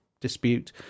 dispute